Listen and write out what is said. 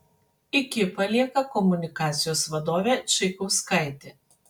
iki palieka komunikacijos vadovė čaikauskaitė